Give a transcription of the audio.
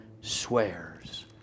swears